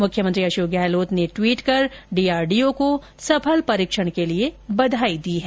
मुख्यमंत्री अशोक गहलोत ने ट्वीट कर डीआरडीओ को सफल परीक्षण के लिए बधाई दी है